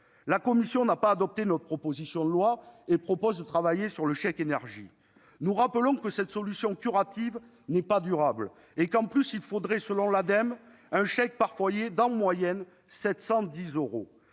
La commission n'a pas adopté notre proposition de loi et propose de travailler sur le chèque énergie. Nous rappelons que cette solution curative n'est pas durable et qu'en plus il faudrait, selon l'Agence de l'environnement et